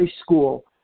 school